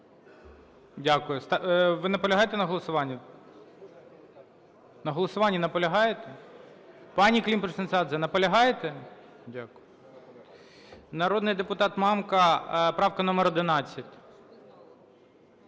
Дякую. Ви наполягаєте на голосуванні? На голосуванні наполягаєте? Пані Климпуш-Цинцадзе, наполягаєте? Дякую. Народний депутат Мамка, правка номер 11.